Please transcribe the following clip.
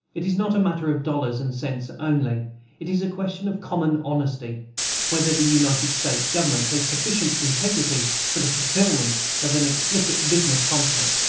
it is not a matter of dollars and cents only it is a question of common honesty whether the united states government has sufficient integrity for the fulfillment of an explicit business contract.